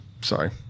sorry